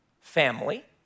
family